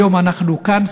היום אנחנו כאן,